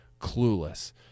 clueless